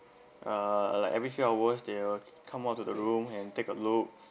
uh like every few hours they will come out to the room and take a look